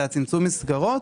זה צמצום מסגרות.